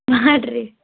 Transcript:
ಮಾಡ್ರಿ